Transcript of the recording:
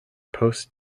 post